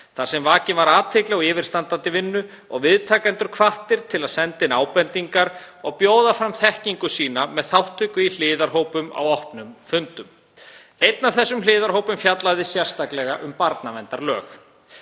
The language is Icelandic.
þar sem vakin var athygli á yfirstandandi vinnu og viðtakendur hvattir til að senda inn ábendingar og bjóða fram þekkingu sína með þátttöku í hliðarhópum á opnum fundum. Einn af þessum hliðarhópum fjallaði sérstaklega um barnaverndarlög.